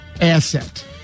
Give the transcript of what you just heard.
asset